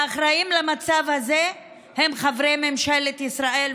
האחראים למצב הזה הם חברי ממשלת ישראל,